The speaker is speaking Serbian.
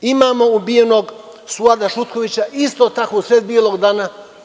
Imamo ubijenog Suada Šutkovića, isto tako usred belog dana.